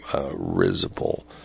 Risible